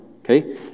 okay